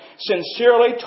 sincerely